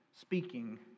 speaking